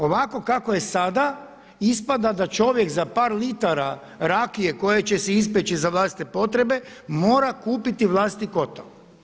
Ovako kako je sada ispada da čovjek za par litara rakije koju će si ispeći za vlastite potrebe mora kupiti vlastiti kotao.